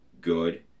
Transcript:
Good